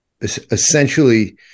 essentially